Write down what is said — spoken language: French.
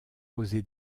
posé